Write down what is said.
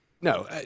no